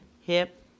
hip